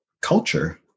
culture